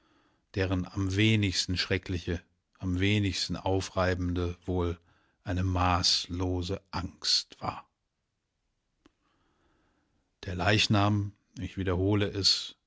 deren am wenigsten schreckliche am wenigsten aufreibende wohl eine maßlose angst war der leichnam ich wiederhole es